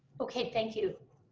okay, thank you.